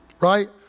right